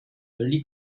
early